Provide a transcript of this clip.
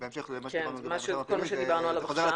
כל מה שדיברנו עליו עכשיו.